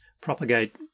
propagate